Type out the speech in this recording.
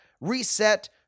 reset